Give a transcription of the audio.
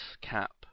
cap